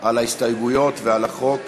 על ההסתייגויות ועל החוק.